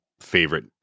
favorite